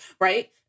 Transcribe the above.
right